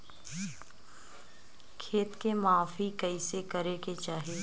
खेत के माफ़ी कईसे करें के चाही?